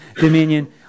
dominion